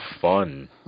fun